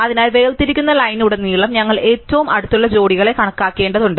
അതിനാൽ വേർതിരിക്കുന്ന ലൈൻലുടനീളം ഞങ്ങൾ ഏറ്റവും അടുത്തുള്ള ജോഡികളെ കണക്കാക്കേണ്ടതുണ്ട്